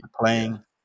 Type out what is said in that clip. playing